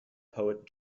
poet